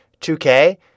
2K